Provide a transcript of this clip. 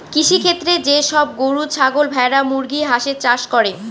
কৃষিক্ষেত্রে যে সব গরু, ছাগল, ভেড়া, মুরগি, হাঁসের চাষ করে